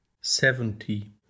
seventy